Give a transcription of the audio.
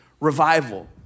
revival